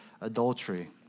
adultery